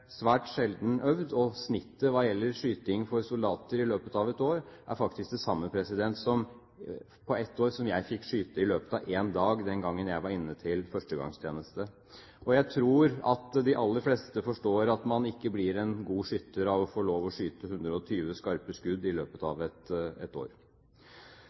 svært sjelden øvd. Snittet hva gjelder skyting for soldater i løpet av ett år, er faktisk det samme som jeg fikk skyte i løpet av én dag den gangen jeg var inne til førstegangstjeneste. Jeg tror de aller fleste forstår at man ikke blir en god skytter av å få lov til å skyte 120 skarpe skudd i løpet av ett år.